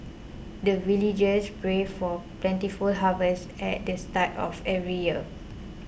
the villagers pray for plentiful harvest at the start of every year